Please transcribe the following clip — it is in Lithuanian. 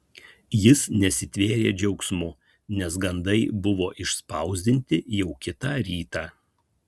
jis nesitvėrė džiaugsmu nes gandai buvo išspausdinti jau kitą rytą